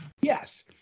Yes